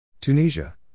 Tunisia